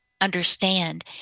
understand